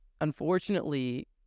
unfortunately